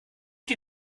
die